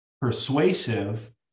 persuasive